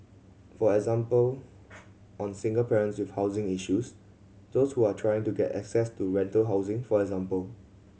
for example on single parents with housing issues those who are trying to get access to rental housing for example